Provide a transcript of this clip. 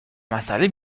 مسئله